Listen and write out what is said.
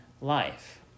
life